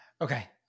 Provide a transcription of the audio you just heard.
Okay